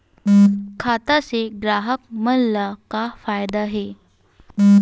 खाता से ग्राहक मन ला का फ़ायदा हे?